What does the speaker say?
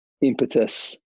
impetus